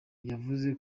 yavuze